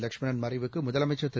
லட்சுமணன் மறைவுக்கு முதலமைச்சர் திரு